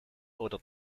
oder